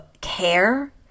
care